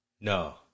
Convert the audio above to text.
No